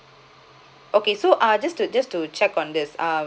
okay so uh just to just to check on this uh